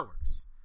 hours